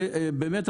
עובד.